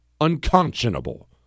Unconscionable